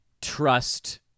trust